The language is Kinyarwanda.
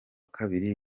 kabiri